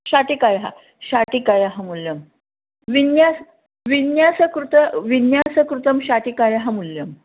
शाटिकायाः शाटिकायाः मूल्यं विन्यास् विन्यासकृतं विन्यासकृतं शाटिकायाः मूल्यम्